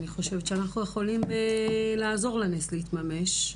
אני חושבת שאנחנו יכולים לעזור לנס להתממש,